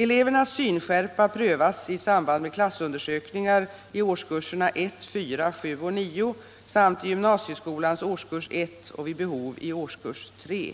Elevernas synskärpa prövas i samband med klassundersökningar i årskurserna 1,4, 7 och 9 samt i gymnasieskolans årskurs 1 och vid behov i årskurs 3.